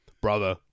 brother